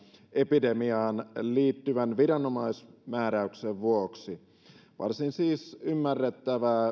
epidemiaan liittyvän viranomaismääräyksen vuoksi siis varsin ymmärrettävää